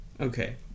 Okay